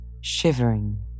Shivering